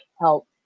help